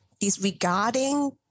disregarding